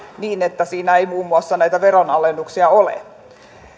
niin että siinä ei muun muassa näitä veronalennuksia ole